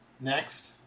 Next